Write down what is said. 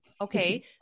Okay